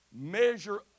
measure